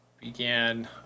began